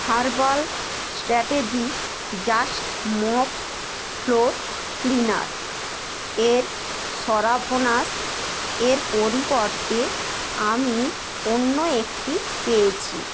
herbal strategy just mop floor cleaner এর সরাভনাস এর পরিবর্তে আমি অন্য একটি পেয়েছি